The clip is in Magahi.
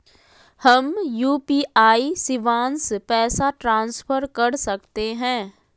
हम यू.पी.आई शिवांश पैसा ट्रांसफर कर सकते हैं?